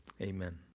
Amen